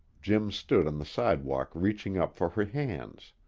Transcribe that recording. jim stood on the sidewalk reaching up for her hands.